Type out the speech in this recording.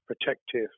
protective